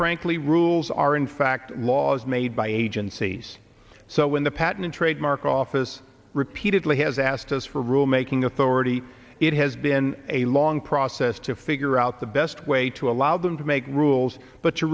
frankly rules are in fact laws made by agencies so when the patent and trademark office repeatedly has asked us for rule making authority it has been a long process to figure out the best way to allow them to make rules but to